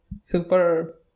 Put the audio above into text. super